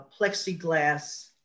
plexiglass